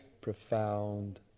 profound